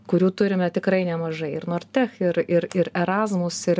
kurių turime tikrai nemažai ir nord tech ir ir ir erasmus ir